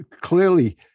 clearly